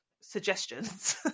suggestions